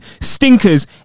stinkers